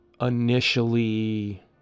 initially